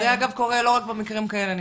זה אגב קורה לא רק במקרים כאלה.